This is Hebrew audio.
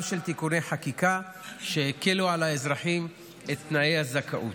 של תיקוני חקיקה שהקלו על האזרחים את תנאי הזכאות.